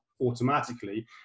automatically